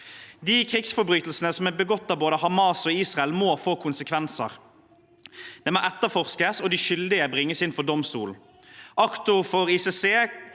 De krigsforbrytelsene som er begått av Hamas og Israel, må få konsekvenser. De må etterforskes, og de skyldige må bringes inn for domstolen. Aktor for ICC,